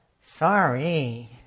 Sorry